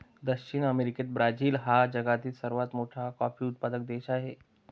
दक्षिण अमेरिकेत ब्राझील हा जगातील सर्वात मोठा कॉफी उत्पादक देश आहे